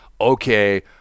okay